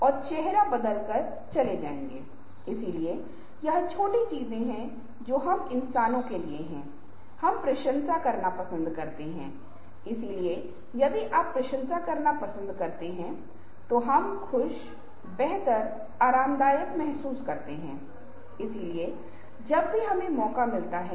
इसका मतलब है उसके पास नौकरी करने की क्षमता कम है और अगर काम का बोझ कम है तो दूसरों का प्रभाव कम है और उनकी नियोजन प्रणाली कम है तो समय प्रबंधन एक विकल्प है जब नौकरी की स्वयं शासन अधिक होती है नौकरी की क्राफ्टिंग अधिक होती है काम का बोझ अधिक होता है